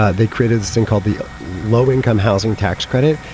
ah they created this thing called the low income housing tax credit.